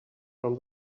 from